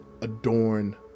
adorn